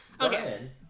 Okay